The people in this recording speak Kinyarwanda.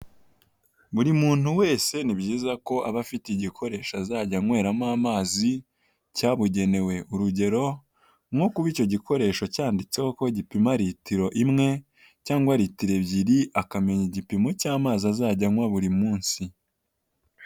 Buri muntu wese ni byiza ko aba afite igikoresho azajya anyweramo amazi cyabugenewe, urugero nko kuba icyo gikoresho cyanditseho ko gipima litiro imwe cyangwa litiro ebyiri akamenya igipimo cy'amazi azajya anywa buri munsi.